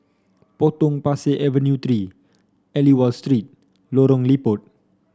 Potong Pasir Avenue Three Aliwal Street Lorong Liput